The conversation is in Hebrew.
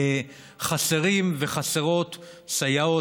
חוסר בסייעות,